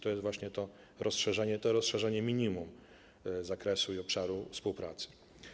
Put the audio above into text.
To jest właśnie to rozszerzenie, rozszerzenie minimum, zakresu i obszaru współpracy.